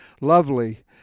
lovely